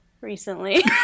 recently